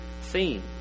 theme